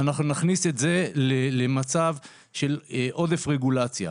אנחנו נכניס את זה למצב של עודף רגולציה.